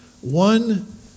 One